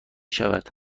شود